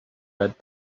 read